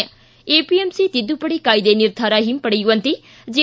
ಿಗ APMC ತಿದ್ದುಪಡಿ ಕಾಯಿದೆ ನಿರ್ಧಾರ ಹಿಂಪಡೆಯುವಂತೆ ಜೆ